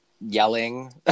yelling